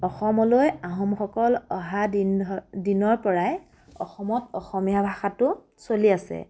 অসমলৈ আহোমসকল অহা দিন ধ দিনৰ পৰাই অসমত অসমীয়া ভাষাটো চলি আছে